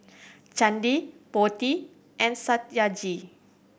Chandi Potti and Satyajit